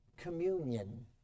communion